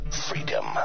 Freedom